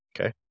Okay